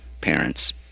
parents